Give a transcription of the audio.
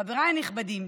חבריי הנכבדים,